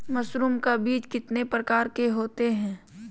Mushroom का बीज कितने प्रकार के होते है?